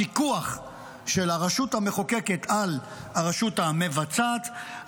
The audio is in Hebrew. הפיקוח של הרשות המחוקקת על הרשות המבצעת,